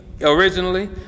originally